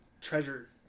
Treasure